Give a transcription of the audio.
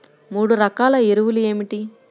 మూడు రకాల ఎరువులు ఏమిటి?